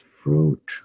fruit